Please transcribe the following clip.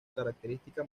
característica